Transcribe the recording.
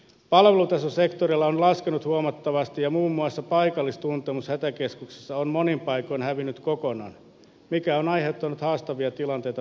valvontasektorilla on laskenut huomattavasti ja muun muassa paikallistuntemus hätäkeskuksessa on monin paikoin hävinnyt kokonaan mikä on aiheuttanut haastavia tilanteita